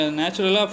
natural